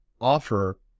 offer